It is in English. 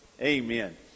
Amen